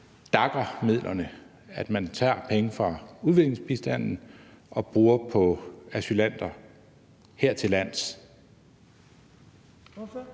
DAC'er midlerne, altså at man tager penge fra udviklingsbistanden og bruger på asylanter hertillands?